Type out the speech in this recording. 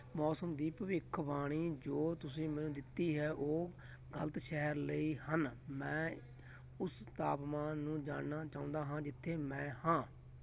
ਮੌਸਮ ਦੀ ਭਵਿੱਖਵਾਣੀ ਜੋ ਤੁਸੀਂ ਮੈਨੂੰ ਦਿੱਤੀ ਹੈ ਉਹ ਗਲਤ ਸ਼ਹਿਰ ਲਈ ਹਨ ਮੈਂ ਉਸ ਤਾਪਮਾਨ ਨੂੰ ਜਾਣਨਾ ਚਾਹੁੰਦਾ ਹਾਂ ਜਿੱਥੇ ਮੈਂ ਹਾਂ